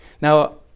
Now